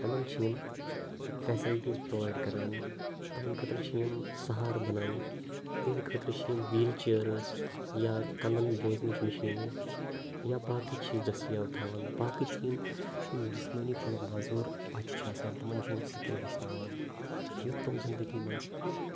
تمن چھِ یِم فیسلٹیٖز پرٛووایِڈ کَران تمن خٲطرٕ چھِ یِم سَہارٕ بَنان تِہِنٛدِ خٲطرٕ چھِ یِم ویٖل چیرٕز یا کَنن بوٚزنٕچ مِشیٖنہٕ یا باقی چیٖز دٕستِیاب تھاوان یا باقی چھِ یِم جِسمانی طور مازوٗر بَچہِ چھِ یِم آسان تِمن چھِ یِم سِکِل ہیٚچھناوان یُتھ تِم زِندگی منٛز